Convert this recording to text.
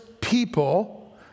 people